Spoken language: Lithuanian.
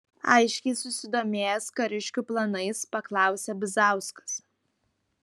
aiškiai susidomėjęs kariškių planais paklausė bizauskas